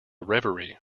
reverie